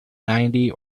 ninety